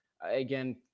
again